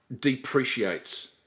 depreciates